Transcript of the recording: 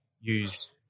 use